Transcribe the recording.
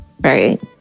right